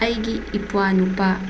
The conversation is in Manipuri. ꯑꯩꯒꯤ ꯏꯄ꯭ꯋꯥ ꯅꯨꯄꯥ